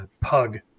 pug